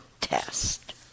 test